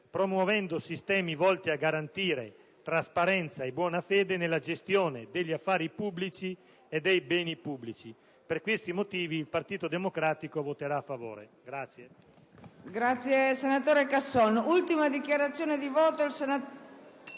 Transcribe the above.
promuovendo sistemi volti a garantire trasparenza e buona fede nella gestione degli affari pubblici e dei beni pubblici. Per questo motivo, il Gruppo del Partito Democratico voterà a favore del